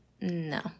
No